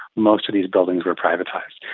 most of these buildings were privatised.